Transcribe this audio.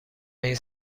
این